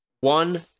one